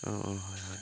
অঁ অঁ হয় হয়